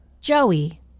Joey